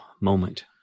moment